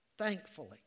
Thankfully